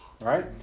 right